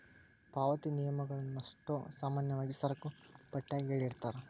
ಪಾವತಿ ನಿಯಮಗಳನ್ನಷ್ಟೋ ಸಾಮಾನ್ಯವಾಗಿ ಸರಕುಪಟ್ಯಾಗ ಹೇಳಿರ್ತಾರ